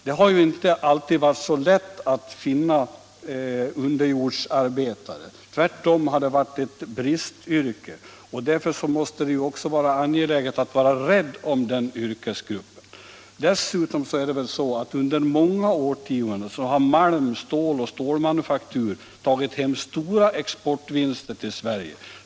Det har inte alltid varit så lätt att anställa underjordsarbetare — tvärtom har det varit ett bristyrke. Därför är det angeläget att vara rädd om den yrkesgruppen. Under många årtionden har malm, stål och stålmanufaktur tagit hem stora exportvinster till Sverige.